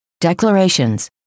Declarations